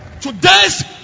today's